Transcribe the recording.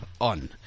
on